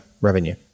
revenue